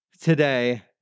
today